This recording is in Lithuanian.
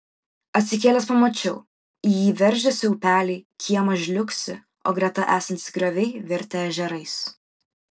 atsikėlęs pamačiau į jį veržiasi upeliai kiemas žliugsi o greta esantys grioviai virtę ežerais